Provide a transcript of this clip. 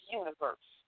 universe